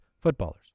footballers